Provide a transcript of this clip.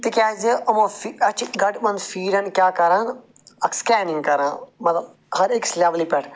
تِکیٛازِ یِمو اَسہِ چھِ گۄڈٕ یِمَن فیٖڈَن کیٛاہ کَران اکھ سٕکینِنٛگ کَران مطلب ہَر أکِس لٮ۪ولہِ پٮ۪ٹھ